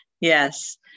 Yes